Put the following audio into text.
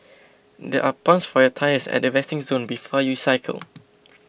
there are pumps for your tyres at the resting zone before you cycle